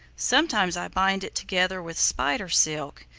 sometimes i bind it together with spider silk,